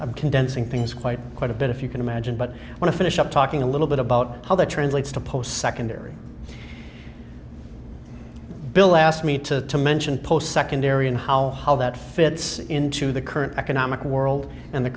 of condensing things quite quite a bit if you can imagine but i want to finish up talking a little bit about how that translates to post secondary bill asked me to mention post secondary and how how that fits into the current economic world in the